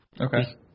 Okay